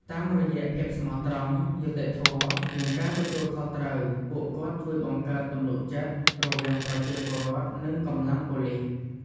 តាមរយៈភាពស្មោះត្រង់ យុត្តិធម៌ និងការទទួលខុសត្រូវ ពួកគាត់ជួយបង្កើតទំនុកចិត្តរវាងប្រជាពលរដ្ឋ និងកម្លាំងប៉ូលីស។